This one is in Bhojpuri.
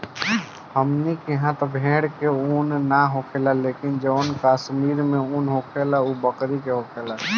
हमनी किहा त भेड़ के उन ना होखेला लेकिन जवन कश्मीर में उन होखेला उ बकरी के होखेला